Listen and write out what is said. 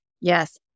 Yes